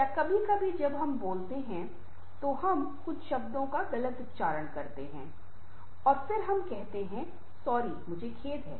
या कभी कभी जब हम बोलते हैं तो हम कुछ शब्दों का गलत उच्चारण करते हैं और फिर हम कहते हैं मुझे खेद है